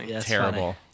terrible